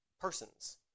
persons